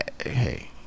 Hey